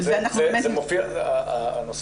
אנחנו